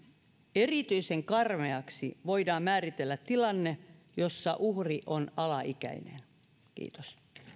erityisen karmeaksi voidaan määritellä tilanne jossa uhri on alaikäinen kiitos